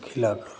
खिला कर